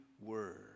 word